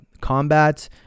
combat